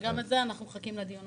שגם את זה אנחנו מחכים --- כן,